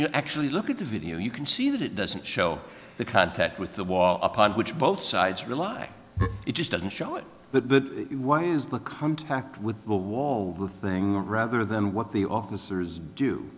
you actually look at the video you can see that it doesn't show the contact with the wall upon which both sides rely it just doesn't show it but what is the contact with the wall the thing that rather than what the officers do